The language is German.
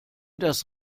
das